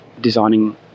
designing